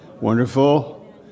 Wonderful